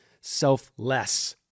selfless